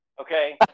Okay